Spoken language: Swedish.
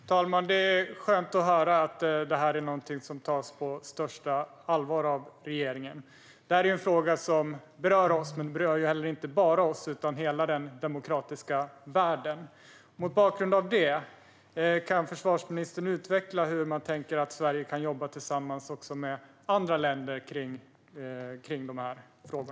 Herr talman! Det är skönt att höra att detta är någonting som tas på största allvar av regeringen. Detta är en fråga som berör oss, men inte bara oss utan hela den demokratiska världen. Mot bakgrund av detta undrar jag om försvarsministern kan utveckla hur man tänker att Sverige kan jobba tillsammans även med andra länder när det gäller dessa frågor.